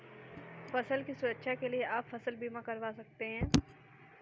फसल की सुरक्षा के लिए आप फसल बीमा करवा सकते है